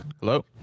hello